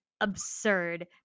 absurd